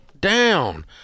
down